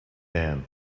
dan